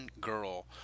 girl